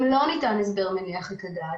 אם לא ניתן הסבר מניח את הדעת,